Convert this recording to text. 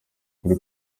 kuri